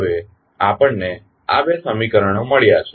હવે આપણને આ બે સમીકરણો મળ્યાં છે